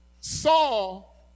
Saul